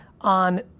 on